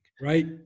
Right